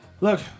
Look